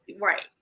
right